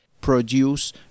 produce